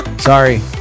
Sorry